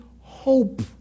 hope